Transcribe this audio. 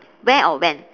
where or when